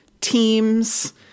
teams